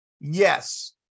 yes